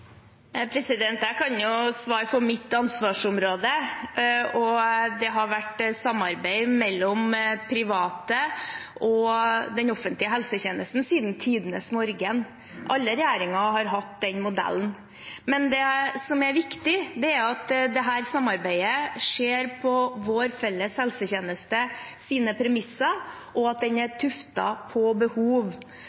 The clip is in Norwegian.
Jeg kan jo svare for mitt ansvarsområde. Det har vært samarbeid mellom private og den offentlige helsetjenesten siden tidenes morgen. Alle regjeringer har hatt den modellen, men det som er viktig, er at dette samarbeidet skjer på vår felles helsetjeneste sine premisser, og at den er